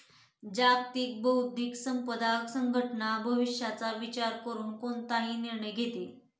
जागतिक बौद्धिक संपदा संघटना भविष्याचा विचार करून कोणताही निर्णय घेते